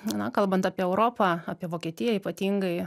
na kalbant apie europą apie vokietiją ypatingai